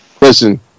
Listen